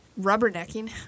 rubbernecking